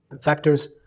factors